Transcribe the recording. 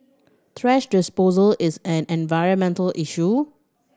thrash disposal is an environmental issue